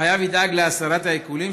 החייב ידאג להסרת העיקולים,